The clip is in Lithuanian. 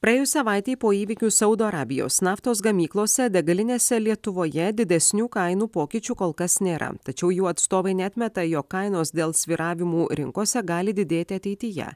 praėjus savaitei po įvykių saudo arabijos naftos gamyklose degalinėse lietuvoje didesnių kainų pokyčių kol kas nėra tačiau jų atstovai neatmeta jog kainos dėl svyravimų rinkose gali didėti ateityje